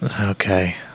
Okay